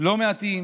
לא מעטים.